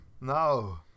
No